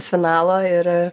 finalo ir